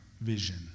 vision